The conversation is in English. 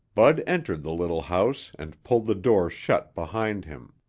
bud entered the little house and pulled the door shut behind him,